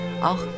auch